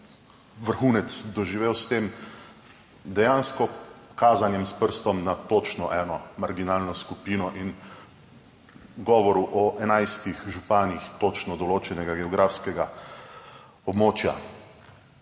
vrhunec doživel s tem dejansko kazanjem s prstom na točno eno marginalno skupino in govorom o 11 županih točno določenega geografskega območja.